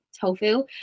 tofu